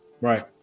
Right